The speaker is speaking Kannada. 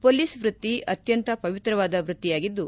ಮೊಲೀಸ್ ವ್ಯಕ್ತಿ ಅತ್ಯಂತ ಪವಿತ್ರವಾದ ವ್ಯಕ್ತಿಯಾಗಿದ್ದು